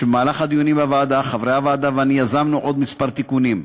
במהלך הדיונים בוועדה חברי הוועדה ואני יזמנו עוד כמה תיקונים.